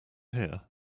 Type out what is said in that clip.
hear